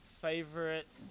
favorite